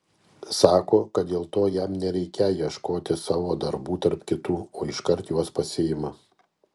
sako kad dėl to jam nereikią ieškoti savo darbų tarp kitų o iškart juos pasiima